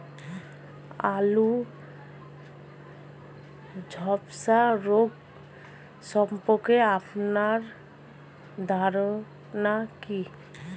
আলু ধ্বসা রোগ সম্পর্কে আপনার ধারনা কী?